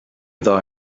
dda